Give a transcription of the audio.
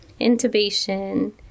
Intubation